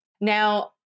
Now